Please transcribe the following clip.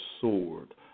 sword